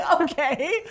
Okay